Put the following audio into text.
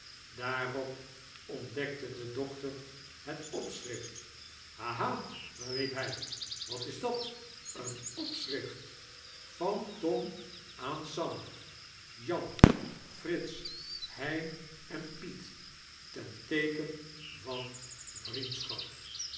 daarop ontdekte de dokter het opschrift ha ha riep hij wat is dat een opschrift n van tom aan sam jan frits hein en piet ten teeken van vriendschap